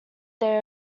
they